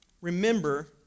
remember